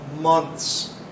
months